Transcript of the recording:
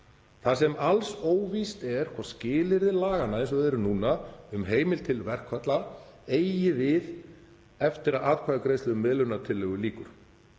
þar sem alls óvíst er hvort skilyrði laganna eins og þau eru núna um heimild til verkfalla eigi við eftir að atkvæðagreiðslu um miðlunartillögu lýkur,